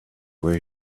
where